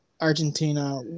Argentina